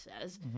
says